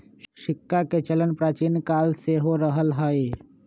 सिक्काके चलन प्राचीन काले से हो रहल हइ